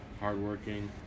hardworking